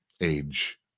age